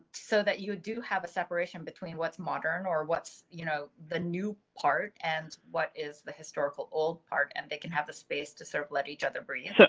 so that you do have a separation between what's modern or what's you know the new part and what is the historical old part and they can have the space to serve, let each other breathe. but